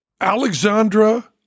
Alexandra